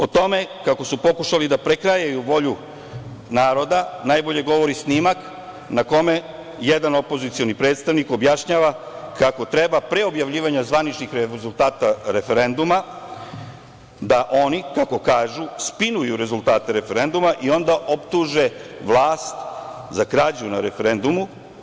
O tome kako su pokušali da prekrajaju volju naroda najbolje govori snimak na kome jedan opozicioni predstavnik objašnjava kako treba pre objavljivanja zvaničnih rezultata referenduma da oni, kako kažu, spinuju rezultate referenduma i onda optuže vlast za krađu na referendumu.